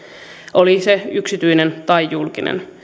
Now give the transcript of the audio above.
oli se yksityinen tai julkinen